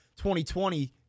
2020